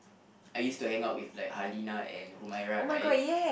I used to hang out with like Halinah and Umairah right